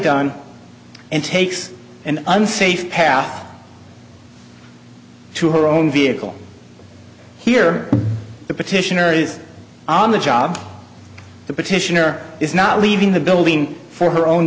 done and takes an unsafe path to her own vehicle here the petitioner is on the job the petitioner is not leaving the building for her own